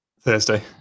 Thursday